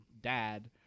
dad